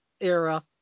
era